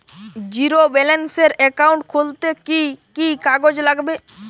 Zero ব্যালেন্সের account খুলতে কি কি কাগজ লাগবে?